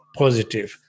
positive